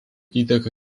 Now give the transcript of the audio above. įteka